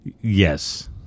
Yes